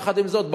יחד עם זאת,